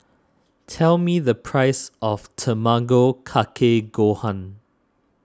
tell me the price of Tamago Kake Gohan